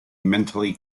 mentally